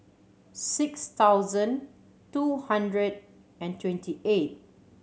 six thousand two hundred and twenty eight